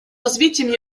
развитием